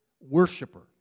worshiper